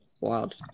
wild